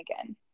again